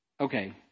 Okay